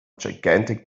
gigantic